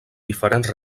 diferents